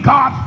God